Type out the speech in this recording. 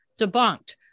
debunked